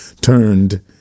turned